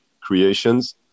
creations